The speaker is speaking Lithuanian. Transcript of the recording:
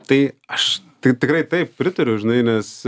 tai aš tai tikrai taip pritariau žinai nes